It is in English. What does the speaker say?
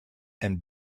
and